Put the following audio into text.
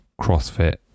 crossfit